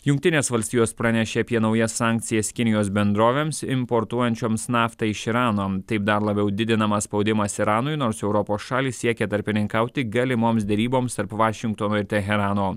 jungtinės valstijos pranešė apie naujas sankcijas kinijos bendrovėms importuojančioms naftą iš irano taip dar labiau didinamas spaudimas iranui nors europos šalys siekia tarpininkauti galimoms deryboms tarp vašingtono ir teherano